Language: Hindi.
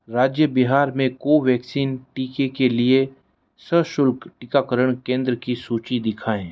राज्य बिहार में कोवैक्सीन टीके के लिए सशुल्क टीकाकरण केंद्र की सूची दिखाएँ